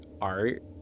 art